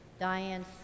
Diane